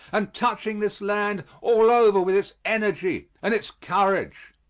and touching this land all over with its energy and its courage.